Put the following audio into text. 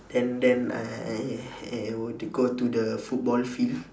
and then I I I would go to the football field